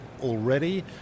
already